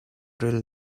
rel